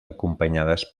acompanyades